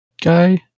guy